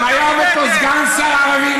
אם היה עולה פה סגן שר ערבי,